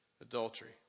adultery